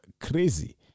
crazy